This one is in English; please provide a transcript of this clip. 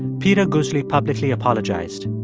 peter guzli publicly apologized.